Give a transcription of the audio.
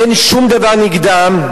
אין שום דבר נגדם,